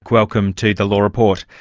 welcome to the law report.